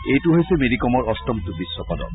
এইটো হৈছে মেৰিকমৰ অষ্টমটো বিশ্ব পদক